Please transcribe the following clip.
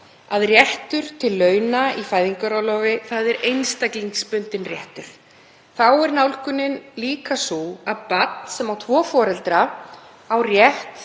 að réttur til launa í fæðingarorlofi er einstaklingsbundinn réttur. Þá er nálgunin líka sú að barn sem á tvo foreldra á rétt